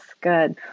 good